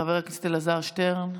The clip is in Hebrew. חבר הכנסת אלעזר שטרן.